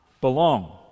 belong